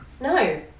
No